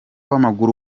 w’amaguru